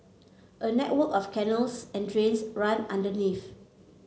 a network of canals and drains run underneath